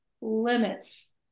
limits